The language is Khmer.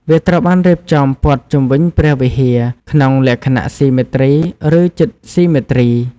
វាត្រូវបានរៀបចំព័ទ្ធជុំវិញព្រះវិហារក្នុងលក្ខណៈស៊ីមេទ្រី ឬជិតស៊ីមេទ្រី។